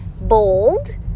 bold